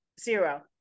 zero